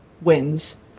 wins